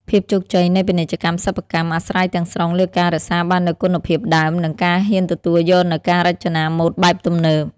ភាពជោគជ័យនៃពាណិជ្ជកម្មសិប្បកម្ម អាស្រ័យទាំងស្រុងលើការរក្សាបាននូវគុណភាពដើម និងការហ៊ានទទួលយកនូវការរចនាម៉ូដបែបទំនើប។